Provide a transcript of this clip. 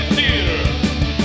Theater